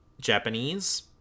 Japanese